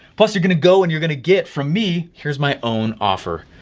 plus, you're gonna go and you're gonna get from me, here's my own offer.